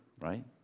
right